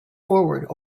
forward